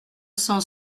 cent